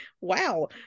wow